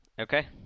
Okay